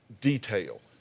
detail